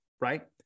right